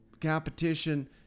competition